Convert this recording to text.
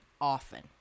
often